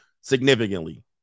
significantly